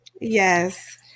Yes